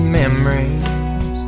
memories